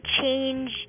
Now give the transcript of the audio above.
change